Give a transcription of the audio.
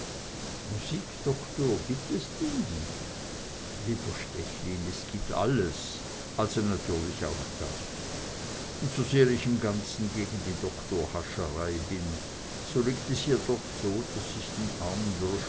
musikdoktor gibt es denn die lieber stechlin es gibt alles also natürlich auch das und sosehr ich im ganzen gegen die doktorhascherei bin so liegt es hier doch so daß ich dem armen